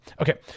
Okay